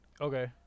Okay